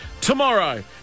Tomorrow